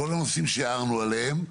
כל הנושאים שהערנו עליהם,